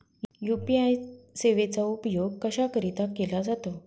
UPI सेवेचा उपयोग कशाकरीता केला जातो?